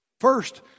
First